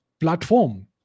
platform